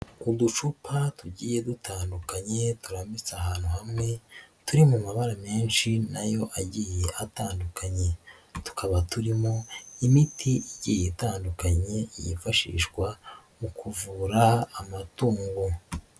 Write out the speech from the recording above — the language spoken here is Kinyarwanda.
Uducupa tugiye dutandukanye turambitse ahantu hamwe turi mu mabara menshi na yo agiye atandukanye, tukaba turimo imiti igiye itandukanye yifashishwa mu kuvura amatungo.